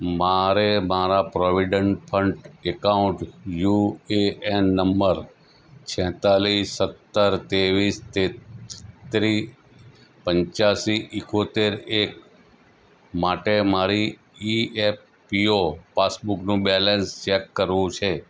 મારે મારા provident fund account U A N number છેંતાલીસ સત્તર તેવીસ તેત્રીસ પંચ્યાશી ઇકોતેર એક માટે મારી ઇ એફ પી ઓ પાસબુકનું બેલેન્સ ચેક કરવું છે